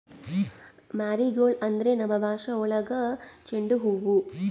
marigold ಅಂದ್ರೆ ನಮ್ ಭಾಷೆ ಒಳಗ ಚೆಂಡು ಹೂವು